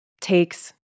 takes